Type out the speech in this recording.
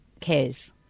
cares